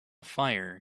fire